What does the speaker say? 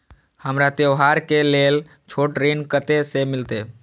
हमरा त्योहार के लेल छोट ऋण कते से मिलते?